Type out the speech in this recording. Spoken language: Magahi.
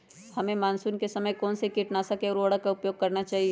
हमें मानसून के समय कौन से किटनाशक या उर्वरक का उपयोग करना चाहिए?